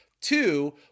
Two